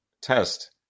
test